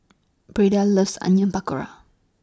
Beda loves Onion Pakora